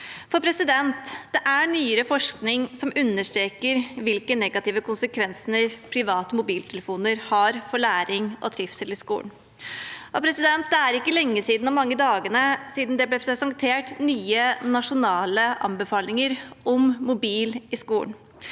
i saken. Nyere forskning understreker hvilke negative konsekvenser private mobiltelefoner har for læring og trivsel i skolen. Det er ikke lenge siden og mange dagene siden det ble presentert nye nasjonale anbefalinger om mobilbruk i skolen.